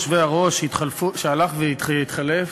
אדוני היושב-ראש, שהלך והתחלף,